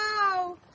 No